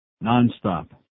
Non-stop